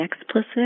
explicit